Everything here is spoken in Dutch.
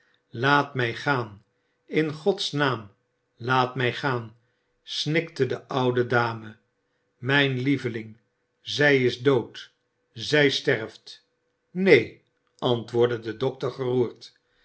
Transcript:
laat mij gaan in gods naam laat mij gaan snikte de oude dame mijn lieveling zij is dood zij sterft neen antwoordde de dokter geroerd